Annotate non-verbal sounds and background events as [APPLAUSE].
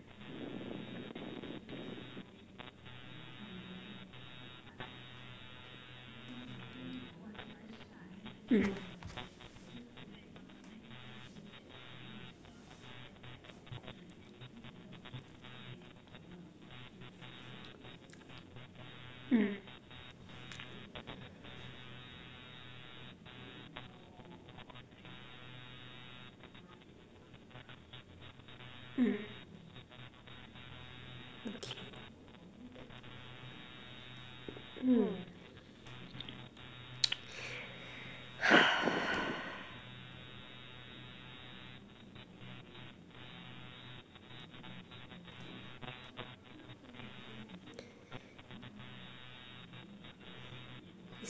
mmhmm mm mm okay mm [BREATH]